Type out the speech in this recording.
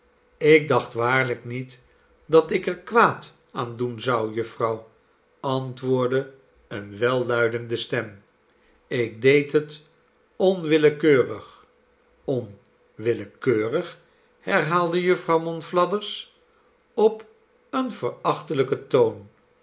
ik dacht waarlijk niet dat ik er kwaad aan doen zou jufvrouw antwoordde eene welluidende stem ik deed het onwillekeurig onwillekeurig herhaalde jufvrouw monflathers op een verachtelijken toon